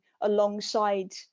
alongside